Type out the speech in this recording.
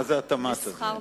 מה זה התמ"ת הזה.